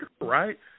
right